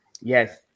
Yes